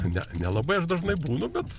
ne nelabai aš dažnai būna bet